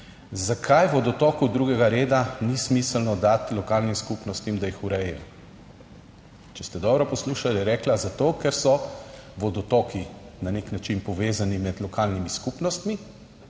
Zakaj vodotokov drugega reda ni smiselno dati lokalnim skupnostim, da jih urejajo. Če ste dobro poslušali je rekla zato, ker so vodotoki na nek način povezani med lokalnimi skupnostmi